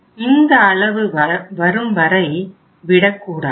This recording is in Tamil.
இந்த அளவு வரும்வரை விடக்கூடாது